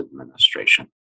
Administration